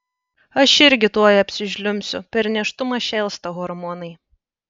aš irgi tuoj apsižliumbsiu per nėštumą šėlsta hormonai